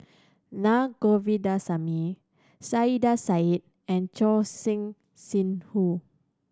Na Govindasamy Saiedah Said and Choor Singh Sidhu